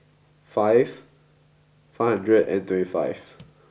five five hundred and twenty five